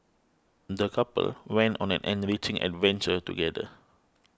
the couple went on an enriching adventure together